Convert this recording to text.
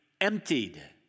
emptied